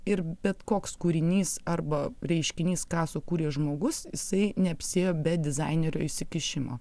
ir bet koks kūrinys arba reiškinys ką sukūrė žmogus jisai neapsiėjo be dizainerio įsikišimo